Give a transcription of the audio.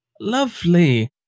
Lovely